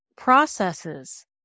processes